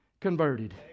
Converted